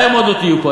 מהר מאוד לא תהיו פה.